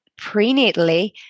prenatally